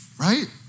Right